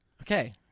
Okay